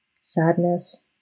sadness